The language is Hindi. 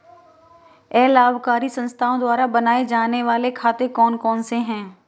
अलाभकारी संस्थाओं द्वारा बनाए जाने वाले खाते कौन कौनसे हैं?